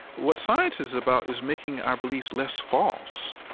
what science is about is making our beliefs less false.